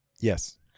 Yes